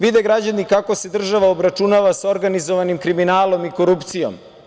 Vide građani kako se država obračunava sa organizovanim kriminalom i korupcijom.